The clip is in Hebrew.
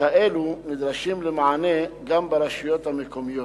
וככאלה הם נדרשים למענה גם ברשויות המקומיות.